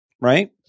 right